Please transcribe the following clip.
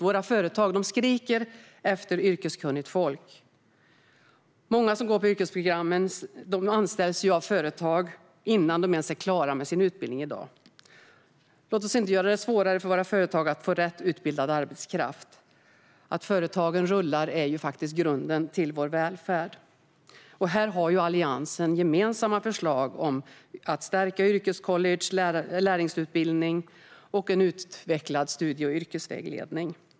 Våra företag skriker efter yrkeskunnigt folk. Många som går på yrkesprogrammen anställs av företag innan de ens är klara med sin utbildning. Låt oss inte göra det svårare för företagen att få rätt utbildad arbetskraft. Att företagen rullar på är grunden för vår välfärd. Här har Alliansen gemensamma förslag om att stärka yrkescollege, lärlingsutbildning och en utvecklad studie och yrkesvägledning.